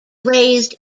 raised